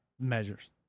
measures